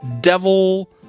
devil